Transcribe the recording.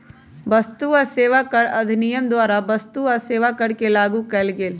वस्तु आ सेवा कर अधिनियम द्वारा वस्तु आ सेवा कर के लागू कएल गेल